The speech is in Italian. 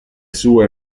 sue